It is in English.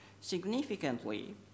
Significantly